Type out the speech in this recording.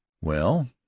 Well